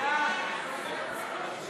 דב הוז